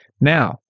Now